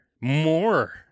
more